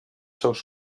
seus